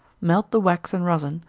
melt the wax and rosin,